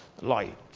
light